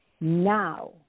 now